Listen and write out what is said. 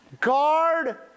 guard